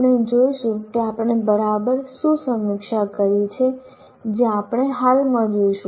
આપણે જોઈશું કે આપણે બરાબર શું સમીક્ષા કરી છે જે આપણે હાલમાં જોઈશું